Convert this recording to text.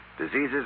Diseases